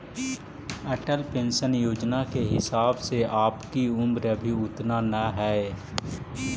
Atal pension Yojana के हिसाब से आपकी उम्र अभी उतना न हई